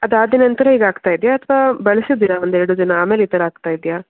ಅದಾದ ನಂತರ ಹೀಗಾಗ್ತಾ ಇದೆಯಾ ಅಥವಾ ಬಳ್ಸಿದ್ದೀರಾ ಒಂದೆರಡು ದಿನ ಆಮೇಲೆ ಈ ಥರ ಆಗ್ತಾ ಇದೆಯಾ